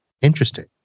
interesting